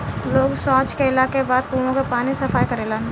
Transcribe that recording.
लोग सॉच कैला के बाद कुओं के पानी से सफाई करेलन